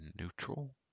neutral